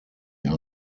are